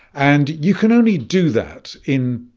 and you can only do that in,